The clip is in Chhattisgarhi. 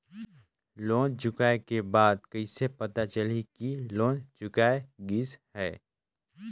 लोन चुकाय के बाद कइसे पता चलही कि लोन चुकाय गिस है?